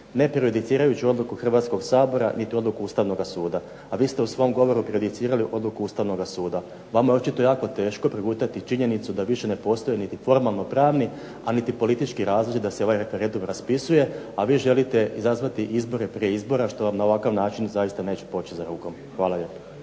ne prejudicirajući odluku Hrvatskog sabora niti odluku Ustavnoga suda. A vi ste u svom govoru prejudicirali odluku Ustavnoga suda. Vama je očito jako teško progutati činjenicu da više ne postoje niti formalno pravni, a niti politički razlozi da se ovaj referendum raspisuje. A vi želite izazvati izbore prije izbora što vam na ovakav način zaista neće poći za rukom. Hvala lijepo.